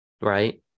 right